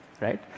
right